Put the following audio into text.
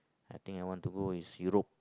I think I want to go is Europe